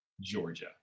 Georgia